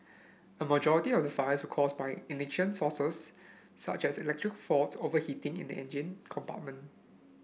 a majority of the fires caused by ignition sources such as electrical faults overheating in the engine compartment